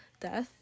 death